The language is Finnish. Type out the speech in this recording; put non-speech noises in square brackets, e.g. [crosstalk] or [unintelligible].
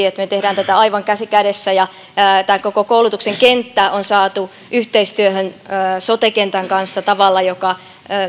[unintelligible] että me teemme tätä aivan käsi kädessä ja koko koulutuksen kenttä on saatu yhteistyöhön sote kentän kanssa tavalla joka